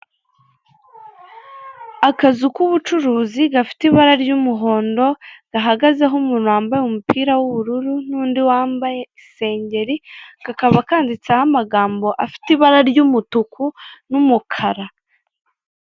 Akazu k'ubucuruzi gafite ibara ry'umuhondo gahagazeho umuntu wambaye umupira w'ubururu, n'undi wambaye isengeri, kakaba kanditseho amagambo afite ibara ry'umutuku n'ibara ry'umukara.